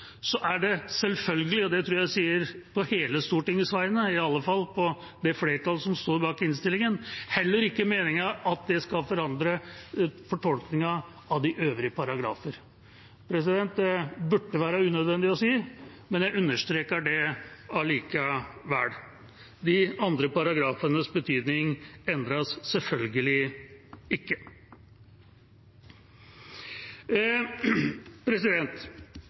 er det selvfølgelig – jeg tror jeg kan si det på hele Stortingets vegne, i alle fall på vegne av det flertallet som står bak innstillinga – heller ikke meningen at det skal forandre fortolkningen av de øvrige paragrafer. Det burde være unødvendig å si, men jeg understreker det likevel. De andre paragrafenes betydning endres selvfølgelig ikke.